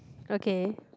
okay